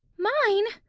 mine!